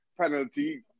penalty